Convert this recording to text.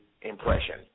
impression